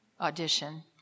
audition